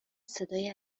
صدای